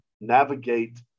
navigate